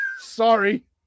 Sorry